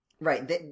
Right